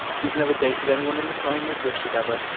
he's never dated anyone in the time we've lived together.